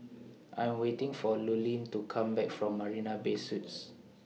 I Am waiting For Lurline to Come Back from Marina Bay Suites